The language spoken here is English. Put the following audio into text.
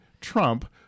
Trump